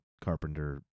Carpenter